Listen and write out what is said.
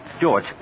George